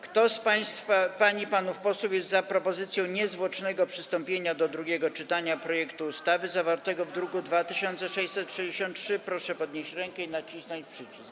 Kto z pań i panów posłów jest za propozycją niezwłocznego przystąpienia do drugiego czytania projektu ustawy zawartego w druku nr 2663, proszę podnieść rękę i nacisnąć przycisk.